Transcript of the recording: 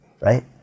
Right